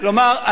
3,000. כלומר,